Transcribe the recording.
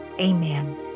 Amen